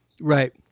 Right